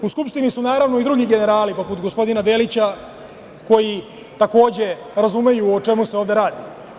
U Skupštini su naravno i drugi generali poput gospodina Delića, koji takođe razumeju o čemu se ovde radi.